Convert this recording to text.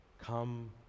Come